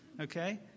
Okay